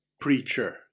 Preacher